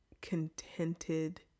contented